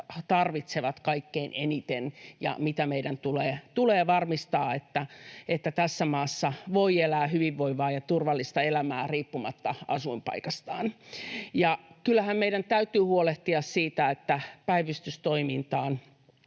tarvitsevat kaikkein eniten ja mitkä meidän tulee varmistaa, että tässä maassa voi elää hyvinvoivaa ja turvallista elämää riippumatta asuinpaikastaan. Kyllähän meidän täytyy huolehtia siitä, että päivystystoimintaan